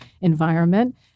environment